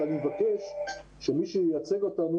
אבל אני מבקש שמי שייצג אותנו,